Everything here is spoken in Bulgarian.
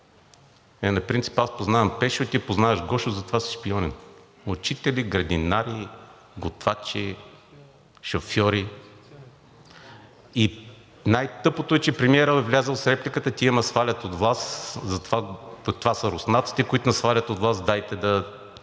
аз познавам Пешо, ти познаваш Гошо и затова си шпионин – учители, градинари, готвачи, шофьори. И най-тъпото е, че премиерът влязъл с репликата: „Тия ме свалят от власт. Това са руснаците, които ни свалят от власт, дайте да